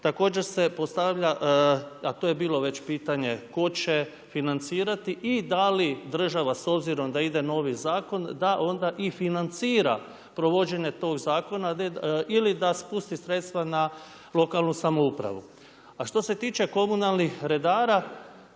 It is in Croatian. Također se postavlja, a to je bilo već pitanje, to će financirati i da li država s obzirom da ide novi zakon, da onda i financira provođenje tog zakona ili da spusti sredstva na lokalnu samoupravu. A što se tiče komunalnih redara,